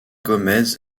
gómez